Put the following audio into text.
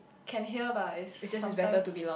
can hear lah is sometimes